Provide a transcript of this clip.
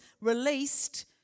released